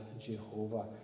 Jehovah